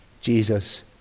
Jesus